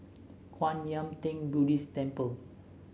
Kwan Yam Theng Buddhist Temple